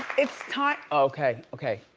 it's time, okay, okay,